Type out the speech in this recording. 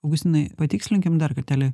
augustinai patikslinkim dar kartelį